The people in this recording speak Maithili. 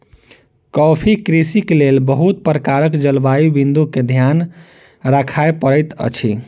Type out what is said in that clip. कॉफ़ी कृषिक लेल बहुत प्रकारक जलवायु बिंदु के ध्यान राखअ पड़ैत अछि